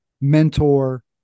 mentor